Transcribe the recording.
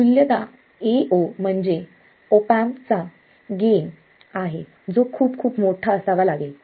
मूलत Ao म्हणजे amp चा गेन आहे जो खूप खूप मोठा असावा लागेल